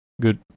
good